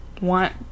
want